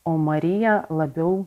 o marija labiau